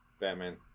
Batman